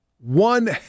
One